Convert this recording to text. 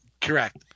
Correct